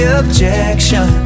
objection